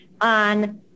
on